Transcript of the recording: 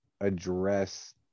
address